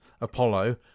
Apollo